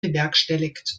bewerkstelligt